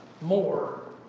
more